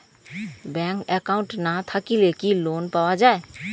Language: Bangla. ব্যাংক একাউন্ট না থাকিলে কি লোন পাওয়া য়ায়?